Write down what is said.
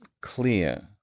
clear